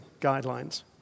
guidelines